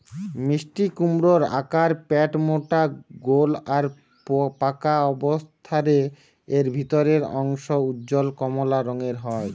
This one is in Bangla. মিষ্টিকুমড়োর আকার পেটমোটা গোল আর পাকা অবস্থারে এর ভিতরের অংশ উজ্জ্বল কমলা রঙের হয়